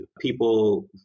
People